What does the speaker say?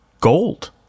gold